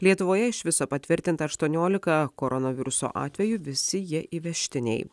lietuvoje iš viso patvirtinta aštuoniolika koronaviruso atvejų visi jie įvežtiniai